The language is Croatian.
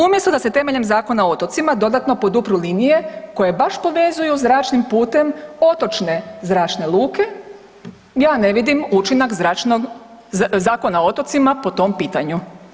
Umjesto da se temeljem Zakona o otocima dodatno podupru linije koje baš povezuju zračnim putem otočne zračne luke, ja ne vidim učinak Zakona o otocima po tom pitanju.